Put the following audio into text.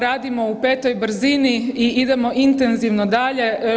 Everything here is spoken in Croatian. Radimo u 5 brzini i idemo intenzivno dalje.